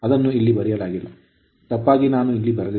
ಅದನ್ನು ಇಲ್ಲಿ ಬರೆಯಲಾಗಿಲ್ಲ ತಪ್ಪಾಗಿ ನಾನು ಇಲ್ಲಿ ಬರೆದಿಲ್ಲ